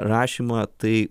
rašymą tai